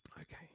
Okay